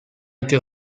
été